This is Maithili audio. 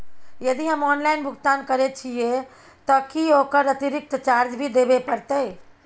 यदि हम ऑनलाइन भुगतान करे छिये त की ओकर अतिरिक्त चार्ज भी देबे परतै?